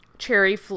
cherry